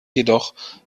jedoch